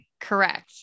Correct